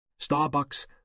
Starbucks